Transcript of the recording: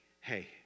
hey